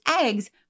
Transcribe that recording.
eggs